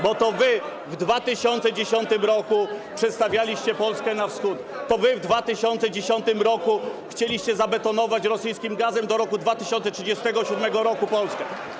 bo to wy w 2010 r. przestawialiście Polskę na wschód, to wy w 2010 r. chcieliście zabetonować rosyjskim gazem do 2037 r. Polskę.